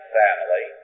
family